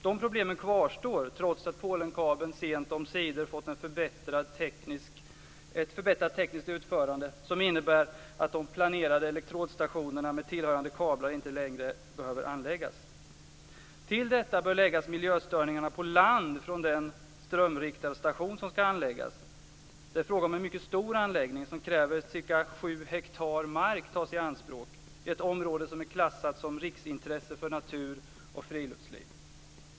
Dessa problem kvarstår, trots att Polenkabeln sent omsider fått ett förbättrat tekniskt utförande som innebär att de planerade elektrodstationerna med tillhörande kablar inte längre behöver anläggas. Till detta bör läggas miljöstörningarna på land från den strömriktarstation som skall anläggas. Det är fråga om en mycket stor anläggning som kräver att ca 7 ha mark tas i anspråk i ett område som är klassat som riksintresse för natur och friluftsliv.